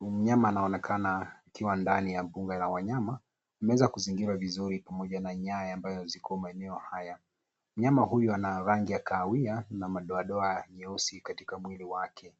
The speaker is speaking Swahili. Mnyama anaonekana akiwa ndani ya mbuga la wanyama. Ameweza kuzingirwa vizuri pamoja na nyaya ambayo ziko maeneo haya. Mnyama huyu ana rangi ya kahawia na madoadoa nyeusi katika mwili wake.